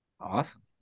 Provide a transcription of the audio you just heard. Awesome